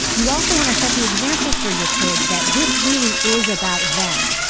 you also want to set the example for your kids that this really is about them.